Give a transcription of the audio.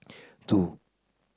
two